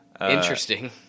Interesting